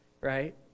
right